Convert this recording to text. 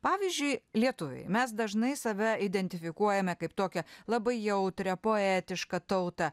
pavyzdžiui lietuviai mes dažnai save identifikuojame kaip tokią labai jautrią poetišką tautą